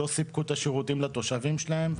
לא סיפקו שירותים לתושבים שלהם,